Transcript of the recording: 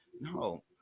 no